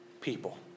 people